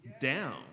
down